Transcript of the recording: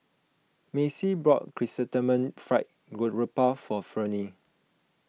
Macy brought Chrysanthemum Fried Garoupa for Ferne